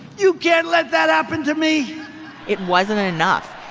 you can't let that happen to me it wasn't ah enough.